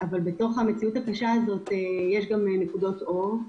אבל בתוך המציאות הקשה הזאת יש גם נקודות אור.